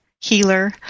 healer